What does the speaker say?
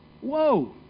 Whoa